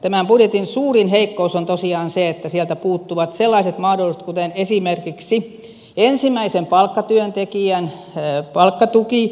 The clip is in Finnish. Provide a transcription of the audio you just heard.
tämän budjetin suurin heikkous on tosiaan se että sieltä puuttuvat sellaiset mahdollisuudet kuten esimerkiksi ensimmäisen palkkatyöntekijän palkkatuki